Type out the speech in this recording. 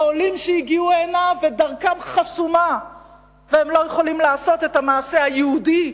העולים שהגיעו הנה ודרכם חסומה והם לא יכולים לעשות את המעשה היהודי,